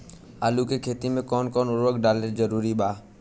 आलू के खेती मे कौन कौन उर्वरक डालल जरूरी बा?